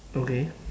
okay